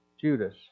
Judas